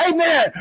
Amen